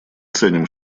ценим